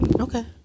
okay